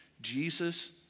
Jesus